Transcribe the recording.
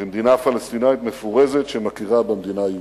למדינה פלסטיניית מפורזת שמכירה במדינה היהודית.